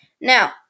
Now